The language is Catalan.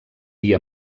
dir